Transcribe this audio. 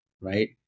right